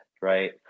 right